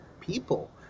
people